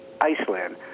iceland